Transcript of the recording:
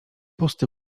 pusty